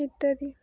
ইত্যাদি